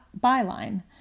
byline